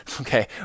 okay